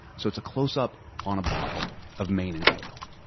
so it's a close up on a bottle of mane and tail.